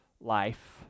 life